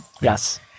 Yes